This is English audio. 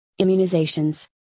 immunizations